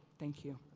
thank you.